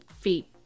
feet